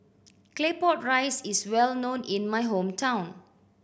Claypot Rice is well known in my hometown